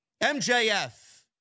MJF